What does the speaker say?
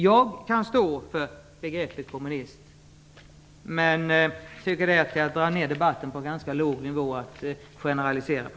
Jag kan stå för begreppet kommunist, men att generalisera på detta sätt är att dra ned debatten till en ganska låg nivå.